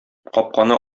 капканы